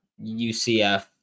UCF